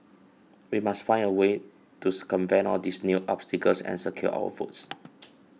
we must find a way to circumvent all these new obstacles and secure our votes